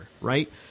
right